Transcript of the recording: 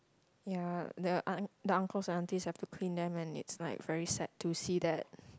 ya the un~ the uncles and aunties have to clean them it's like very sad to see that